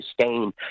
sustain